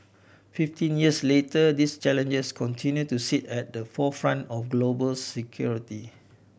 fifteen years later these challenges continue to sit at the forefront of global security